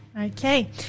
Okay